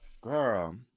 girl